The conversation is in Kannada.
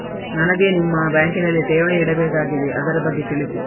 ನನಗೆ ನಿಮ್ಮ ಬ್ಯಾಂಕಿನಲ್ಲಿ ಠೇವಣಿ ಇಡಬೇಕಾಗಿದೆ, ಅದರ ಬಗ್ಗೆ ತಿಳಿಸಿ